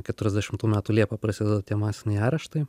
keturiasdešimtų metų liepą prasideda tie masiniai areštai